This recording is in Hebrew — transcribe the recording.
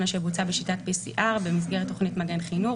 שבוצעה בשיטת PCR במסגרת תכנית "מגן חינוך"